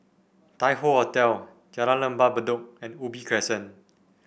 Tai Hoe Hotel Jalan Lembah Bedok and Ubi Crescent